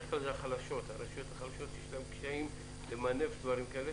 בדרך כלל לרשויות החלשות יש קשיים למנף דברים כאלה,